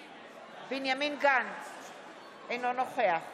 שנכון יותר להסדיר את זה בתקנות ונהלים פנימיים במשרד